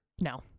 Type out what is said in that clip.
No